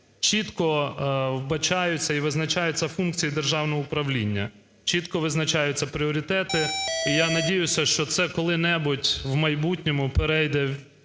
чітко вбачаються і визначаються функції державного управління, чітко визначаються пріоритети, і я надіюся, що це коли-небудь в майбутньому перейде